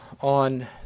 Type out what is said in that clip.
on